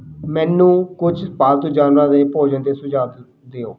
ਮੈਨੂੰ ਕੁਝ ਪਾਲਤੂ ਜਾਨਵਰਾਂ ਦੇ ਭੋਜਨ ਦੇ ਸੁਝਾਅ ਦ ਦਿਓ